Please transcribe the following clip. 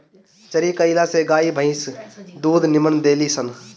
चरी कईला से गाई भंईस दूध निमन देली सन